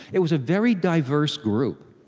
it was a very diverse group.